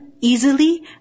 easily